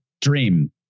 dream